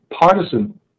partisan